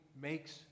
makes